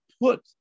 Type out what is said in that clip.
put